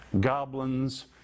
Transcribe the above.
goblins